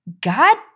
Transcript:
God